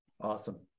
Awesome